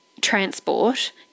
transport